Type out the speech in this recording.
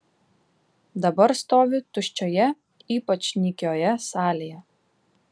dabar stovi tuščioje ypač nykioje salėje